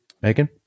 Megan